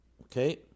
Okay